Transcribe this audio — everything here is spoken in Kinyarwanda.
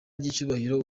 n’icyubahiro